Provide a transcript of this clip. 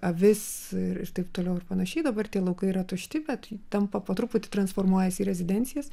avis ir ir taip toliau ir panašiai dabar tie laukai yra tušti bet tampa po truputį transformuojasi į rezidencijas